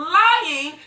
lying